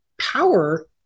power